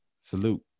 Salute